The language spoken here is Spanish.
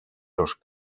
los